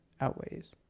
outweighs